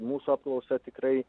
mūsų apklausa tikrai